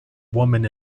woman